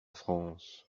france